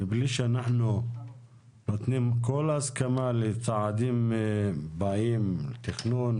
מבלי שאנחנו נותנים כל הסכמה לצעדים בהם תכנון,